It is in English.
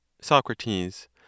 Socrates